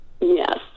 Yes